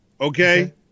Okay